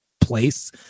place